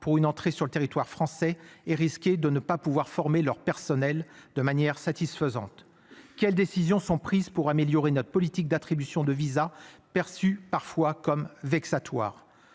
pour une entrée sur le territoire français et risquer de ne pas pouvoir former leur personnel, de manière satisfaisante. Quelles décisions sont prises pour améliorer notre politique d'attribution de visas perçu parfois comme vexatoire